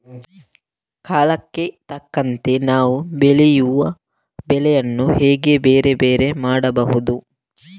ಕಾಲಕ್ಕೆ ತಕ್ಕಂತೆ ನಾವು ಬೆಳೆಯುವ ಬೆಳೆಗಳನ್ನು ಹೇಗೆ ಬೇರೆ ಬೇರೆ ಮಾಡಬಹುದು?